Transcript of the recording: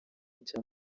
icyo